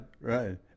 right